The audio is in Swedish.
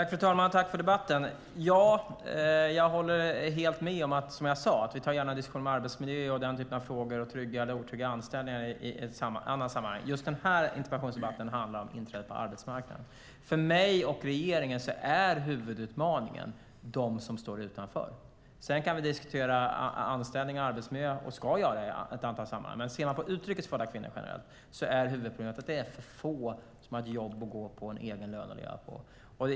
Fru talman! Jag tar som sagt gärna en diskussion om arbetsmiljö och trygg och otrygg anställning i ett annat sammanhang. Den här interpellationsdebatten handlar om inträdet på arbetsmarknaden. För mig och regeringen är huvudutmaningen de som står utanför. Vi kan och ska diskutera anställning och arbetsmiljö i ett antal sammanhang, men ser man på utrikes födda kvinnor generellt är huvudproblemet att det är för få som har ett jobb att gå till och en egen lön att leva på.